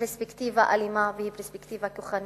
היא פרספקטיבה אלימה והיא פרספקטיבה כוחנית.